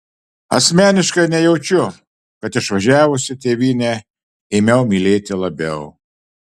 asmeniškai nejaučiu kad išvažiavusi tėvynę ėmiau mylėti labiau